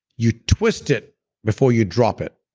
you twist it before you drop it.